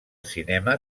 cinema